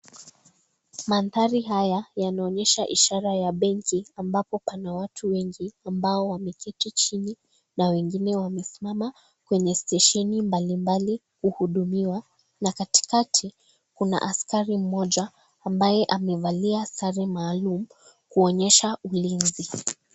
Manthari haya yanaonyesha ishara ya benki ambapo pana watu wengi ambao wameketi chini na wengine wamesimama kwenye stesheni mbalimbali kuhudumiwa, na katikati kuna askari mmoja ambaye amevalia sare maalum kuonyesha ulinzi.